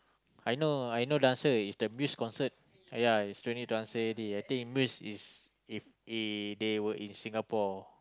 I know I know the answer is the Muse concert ya it's twenty don't want to say already I think Muse is if i~ they were in Singapore